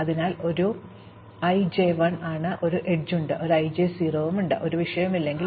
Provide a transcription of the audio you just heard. അതിനാൽ ഒരു i j 1 ആണ് ഒരു എഡ്ജ് ഉണ്ട് ഒരു i j 0 ആണ് ഒരു വിഷയവുമില്ലെങ്കിൽ